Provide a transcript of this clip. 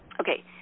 Okay